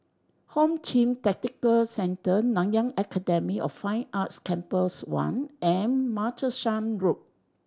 Home Team Tactical Cenetr Nanyang Academy of Fine Arts Campus One and Martlesham Road